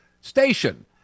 station